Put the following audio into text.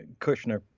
Kushner